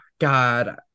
God